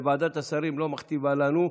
ועדת השרים לא מכתיבה לנו.